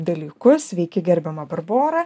dalykus sveiki gerbiama barbora